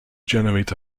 generate